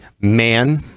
man